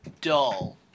dull